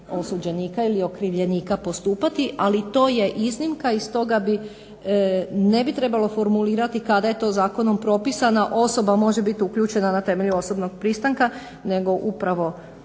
osuđenika ili okrivljenika postupati, ali to je iznimka. I stoga ne bi trebalo formulirati kada je to zakonom propisana osoba može biti uključena na temelju osobnog pristanka nego upravo